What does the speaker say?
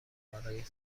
کارای